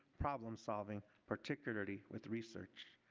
problem solving particularly with research.